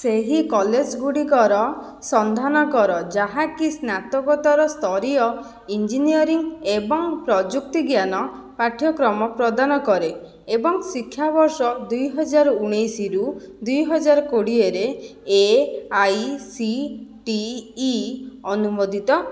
ସେହି କଲେଜ ଗୁଡ଼ିକର ସନ୍ଧାନ କର ଯାହାକି ସ୍ନାତକୋତ୍ତର ସ୍ତରୀୟ ଇଞ୍ଜିନିୟରିଂ ଏବଂ ପ୍ରଯୁକ୍ତିଜ୍ଞାନ ପାଠ୍ୟକ୍ରମ ପ୍ରଦାନ କରେ ଏବଂ ଶିକ୍ଷାବର୍ଷ ଦୁଇହଜାର ଉଣେଇଶରୁ ଦୁଇହଜାର କୋଡ଼ିଏରେ A I C T E ଅନୁମୋଦିତ